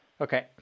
Okay